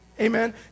amen